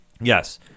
Yes